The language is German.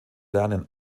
lernen